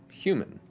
human,